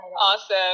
Awesome